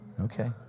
Okay